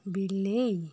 ବିଲେଇ